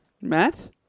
Matt